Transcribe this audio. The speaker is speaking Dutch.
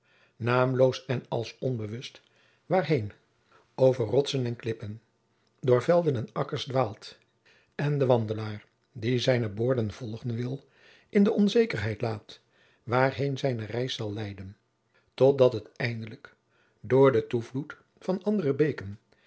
naamloos en als onbewust waarheen over rotsen en klippen door velden en akkers dwaalt en den wandelaar die zijne boorden volgen wil in de onzekerheid laat waarheen zijne reis zal geleiden tot dat het eindelijk door den toevloed van andere beeken